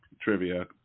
trivia